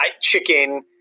chicken